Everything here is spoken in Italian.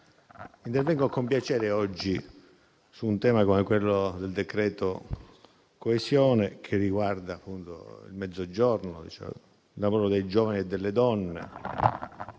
intervengo con piacere oggi sul decreto-legge coesione che riguarda il Mezzogiorno, il lavoro dei giovani e delle donne